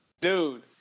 Dude